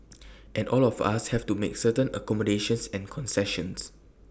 and all of us have to make certain accommodations and concessions